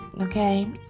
Okay